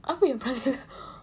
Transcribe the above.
apa yang perangai